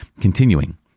Continuing